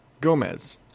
Gomez